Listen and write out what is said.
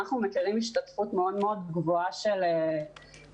אנחנו מכירים השתתפות מאוד מאוד גבוהה של נערות,